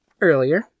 earlier